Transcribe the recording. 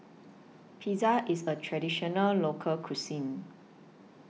Pizza IS A Traditional Local Cuisine